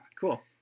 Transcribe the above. Cool